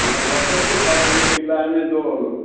ନାଇଁ ହବନି ତା'ପରେ ପିଲାମାନେ ଯେଉଁ